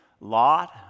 Lot